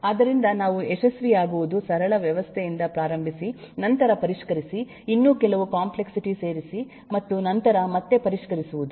ಆದ್ದರಿಂದ ನಾವು ಯಶಸ್ವಿಯಾಗುವುದು ಸರಳ ವ್ಯವಸ್ಥೆಯಿಂದ ಪ್ರಾರಂಭಿಸಿ ನಂತರ ಪರಿಷ್ಕರಿಸಿ ಇನ್ನೂ ಕೆಲವು ಕಾಂಪ್ಲೆಕ್ಸಿಟಿ ಸೇರಿಸಿ ಮತ್ತು ನಂತರ ಮತ್ತೆ ಪರಿಷ್ಕರಿಸುವುದು